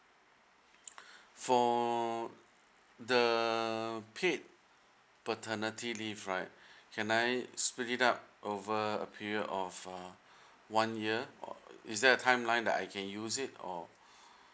for the paid paternity leave right can I split it up over a period of uh one year or is there a timeline that I can use it or